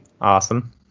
Awesome